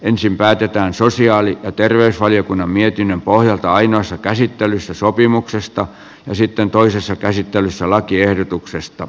ensin päätetään sosiaali ja terveysvaliokunnan mietinnön pohjalta ainoassa käsittelyssä sopimuksesta ja sitten toisessa käsittelyssä lakiehdotuksesta